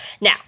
Now